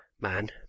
man